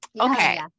okay